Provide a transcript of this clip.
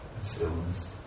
stillness